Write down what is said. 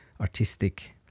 artistic